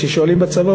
כששואלים בצבא,